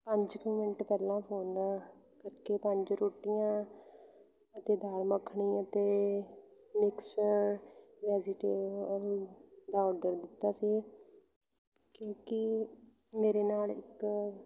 ਪੰਜ ਕੁ ਮਿੰਟ ਪਹਿਲਾਂ ਫੋਨ ਕਰਕੇ ਪੰਜ ਰੋਟੀਆਂ ਅਤੇ ਦਾਲ ਮੱਖਣੀ ਅਤੇ ਮਿਕਸ ਵੈਜੀਟੇਬਲ ਦਾ ਔਡਰ ਦਿੱਤਾ ਸੀ ਕਿਉਂਕਿ ਮੇਰੇ ਨਾਲ ਇੱਕ